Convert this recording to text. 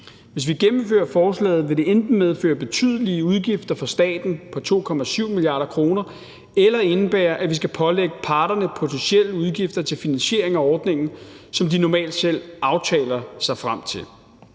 Hvis vi gennemfører forslaget, vil det enten medføre betydelige udgifter for staten på 2,7 mia. kr. eller indebære, at vi skal pålægge parterne potentielle udgifter til finansiering af ordningen, som de normalt selv aftaler sig frem til.